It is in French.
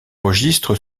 registre